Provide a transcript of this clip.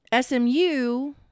SMU